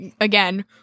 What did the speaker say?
again